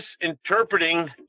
misinterpreting